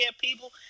people